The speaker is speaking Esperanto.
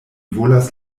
volas